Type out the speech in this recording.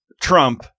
Trump